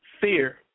Fear